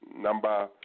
Number